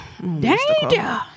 Danger